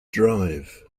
drive